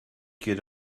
get